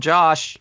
Josh